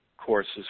courses